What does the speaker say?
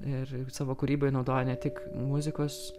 ir savo kūryboj naudoja ne tik muzikos